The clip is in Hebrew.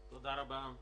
תודה רבה.